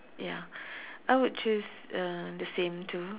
ya I would choose uh the same two